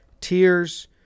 Tears